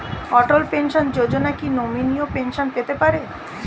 অটল pension Yojana কি নমনীয় pension পেতে পারে?